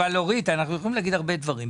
אבל אורית, אנחנו יכולים להגיד הרבה דברים.